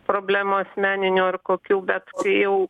problemų asmeninių ar kokių bet kai jau